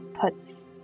puts